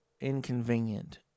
inconvenient